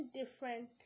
different